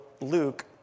Luke